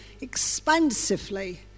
expansively